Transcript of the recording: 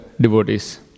devotees